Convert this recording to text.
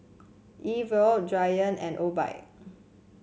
E TWOW Giant and Obike